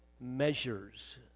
measures